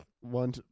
one